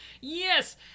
Yes